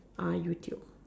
YouTube